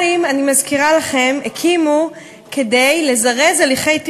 אני מכבד, ואני אומר לך, בדיוק רציתי,